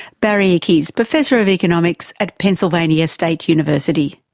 barry ickes, professor of economics at pennsylvania state university.